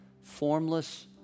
formless